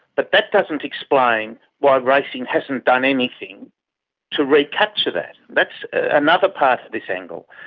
but that doesn't explain why racing hasn't done anything to recapture that. that's another part of this angle,